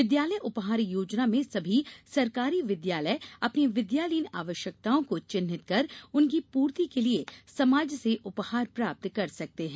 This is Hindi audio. विद्यालय उपहार योजना में सभी सरकारी विद्यालय अपनी विद्यालयीन आवश्यकताओं को चिन्हित कर उनकी पूर्ति के लिये समाज से उपहार प्राप्त कर सकते हैं